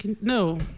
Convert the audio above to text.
No